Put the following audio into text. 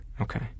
Okay